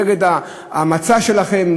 נגד המצע שלכם,